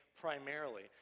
primarily